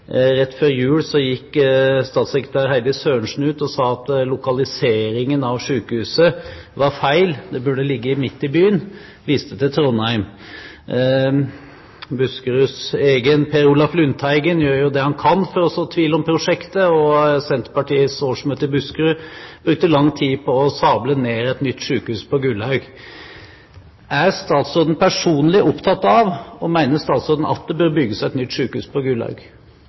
Rett før jul gikk statssekretær Heidi Sørensen ut og sa at lokaliseringen av sykehuset var feil, det burde ligge midt i byen, og hun viste til Trondheim. Buskeruds egen Per Olaf Lundteigen gjør det han kan for å så tvil om prosjektet, og Senterpartiets årsmøte i Buskerud brukte lang tid på å sable ned et nytt sykehus på Gullaug. Er statsråden personlig opptatt av – og mener statsråden – at det bør bygges et nytt sykehus på Gullaug?